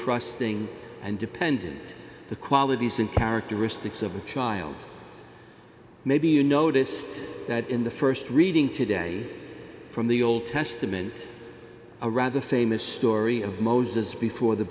trusting and dependant the qualities and characteristics of a child maybe you noticed that in the st reading today from the old testament a rather famous story of moses before the